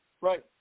Right